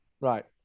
Right